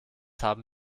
haben